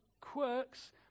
quirks